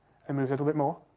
i mean a little bit more,